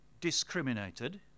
discriminated